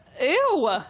Ew